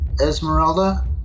Esmeralda